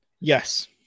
Yes